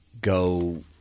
go